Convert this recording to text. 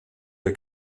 der